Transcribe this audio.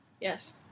Yes